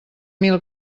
mil